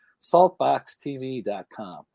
saltboxTV.com